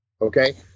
Okay